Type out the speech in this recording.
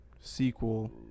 sequel